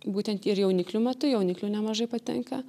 būtent ir jauniklių metu jauniklių nemažai patenka